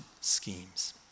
schemes